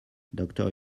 doctor